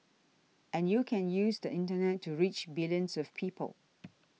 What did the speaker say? and you can use the Internet to reach billions of people